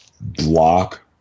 block